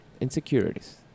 insecurities